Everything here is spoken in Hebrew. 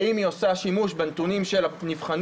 האם היא עושה שימוש בנתונים של הנבחנים